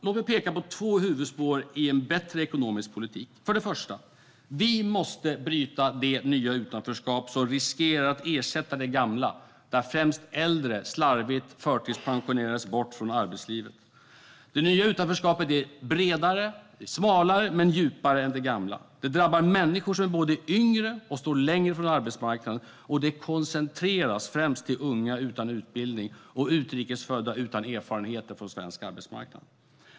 Låt mig peka på två huvudspår i en bättre ekonomisk politik. För det första måste vi bryta det nya utanförskap som riskerar att ersätta det gamla, där främst äldre slarvigt förtidspensionerades bort från arbetslivet. Det nya utanförskapet är smalare men djupare än det gamla. Det drabbar människor som både är yngre och står längre från arbetsmarknaden, och det koncentreras främst till unga utan utbildning och utrikesfödda utan erfarenhet från svensk arbetsmarknad.